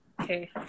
Okay